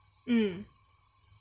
mm